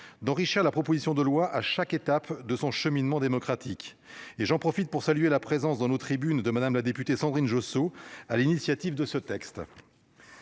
dont Richard. La proposition de loi à chaque étape de son cheminement démocratique et j'en profite pour saluer la présence dans nos tribunes de Madame. La députée Sandrine Josso, à l'initiative de ce texte.